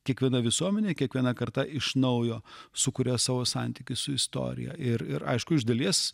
kiekviena visuomenė kiekviena karta iš naujo sukuria savo santykius su istorija ir ir aišku iš dalies